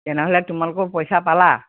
তেনেহ'লে তোমালোকৰ পইচা পালা